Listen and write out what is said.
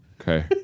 Okay